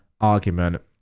argument